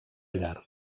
llar